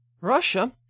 Russia